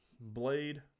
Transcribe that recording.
Blade